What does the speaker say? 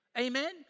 Amen